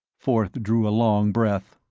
forth drew a long breath.